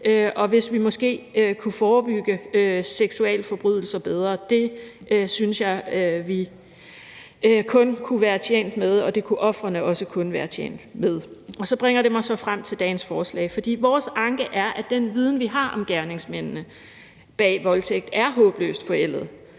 og hvis vi måske kunne forebygge seksualforbrydelser bedre. Det synes jeg kun vi kunne være tjent med, og det kunne ofrene også kun være tjent med. Så bringer det mig frem til dagens forslag. Vores anke er, at den viden, vi har om gerningsmændene bag voldtægt, er håbløst forældet.